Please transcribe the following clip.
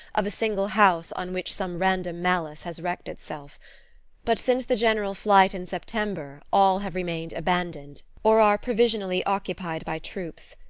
of a single house on which some random malice has wreaked itself but since the general flight in september all have remained abandoned, or are provisionally occupied by troops,